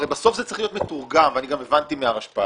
הרי בסוף זה צריך להיות מתורגם ואני גם הבנתי מהרשפ"ת